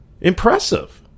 Impressive